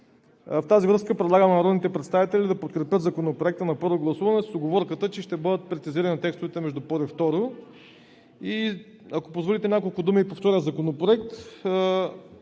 В тази връзка предлагам на народните представители да подкрепят Законопроекта на първо гласуване с уговорката, че ще бъдат прецизирани текстовете между първо и второ четене. Ако позволите няколко думи и по втория законопроект.